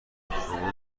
مامان